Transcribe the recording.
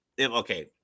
okay